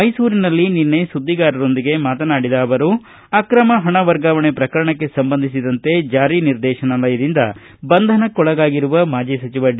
ಮೈಸೂರಿನಲ್ಲಿ ನಿನ್ನೆ ಸುದ್ದಿಗಾರರೊಂದಿಗೆ ಮಾತನಾಡಿದ ಅವರು ಅಕ್ರಮ ಹಣ ವರ್ಗಾವಣೆ ಪ್ರಕರಣಕ್ಕೆ ಸಂಬಂಧಿಸಿದಂತೆ ಜಾರಿ ನಿರ್ದೇಶನಾಲಯದಿಂದ ಬಂಧನಕ್ಕೊಳಗಾಗಿರುವ ಮಾಜಿ ಸಚಿವ ಡಿ